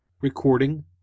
Recording